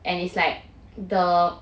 and it's like the